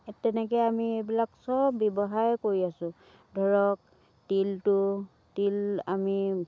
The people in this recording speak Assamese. তেনেকৈ আমি এইবিলাক সব ব্যৱহাৰে কৰি আছোঁ ধৰক তিলটো তিল আমি